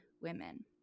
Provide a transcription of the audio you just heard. women